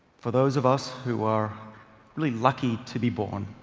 for those of us who are really lucky to be born,